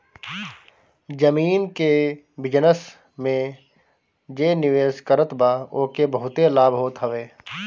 जमीन के बिजनस में जे निवेश करत बा ओके बहुते लाभ होत हवे